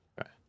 Okay